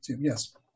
Yes